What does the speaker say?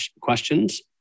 questions